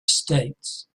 states